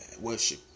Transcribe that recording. worship